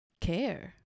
care